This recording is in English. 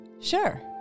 sure